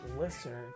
listener